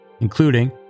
including